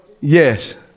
Yes